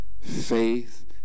Faith